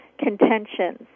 contentions